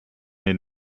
den